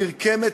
נרקמת,